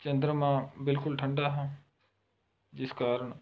ਚੰਦਰਮਾ ਬਿਲਕੁਲ ਠੰਡਾ ਹੈ ਜਿਸ ਕਾਰਨ